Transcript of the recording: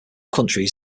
countries